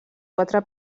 quatre